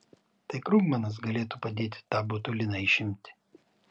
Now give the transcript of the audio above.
tai krugmanas galėtų padėti tą botuliną išimti